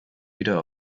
wieder